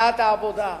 לסיעת העבודה,